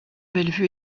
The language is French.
bellevue